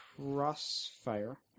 Crossfire